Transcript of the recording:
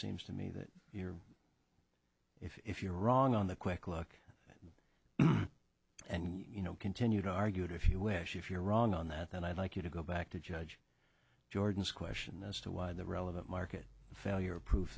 seems to me that if you're wrong on the quick luck and you know continue to argue if you wish if you're wrong on that then i'd like you to go back to judge jordan's question as to why the relevant market failure proof